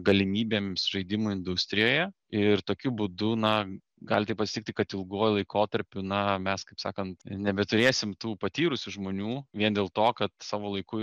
galimybėms žaidimų industrijoje ir tokiu būdu na gali taip atsitikti kad ilguoju laikotarpiu na mes sakant nebeturėsim tų patyrusių žmonių vien dėl to kad savo laiku